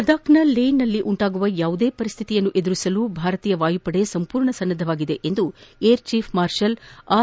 ಲೇಹ್ನಲಿ ಉಂಟಾಗುವ ಯಾವುದೇ ಪರಿಸಿತಿಯನ್ನು ಎದುರಿಸಲು ಭಾರತೀಯ ವಾಯು ಪಡೆ ಸಂಪೂರ್ಣ ಸನ್ನದವಾಗಿದೆ ಎಂದು ಏರ್ ಛೀಫ್ ಮಾರ್ಷಲ್ ಆರ್